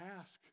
ask